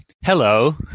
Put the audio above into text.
hello